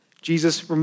Jesus